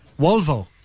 Volvo